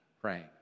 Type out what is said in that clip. Praying